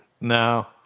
No